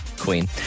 Queen